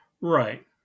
Right